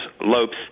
Lopes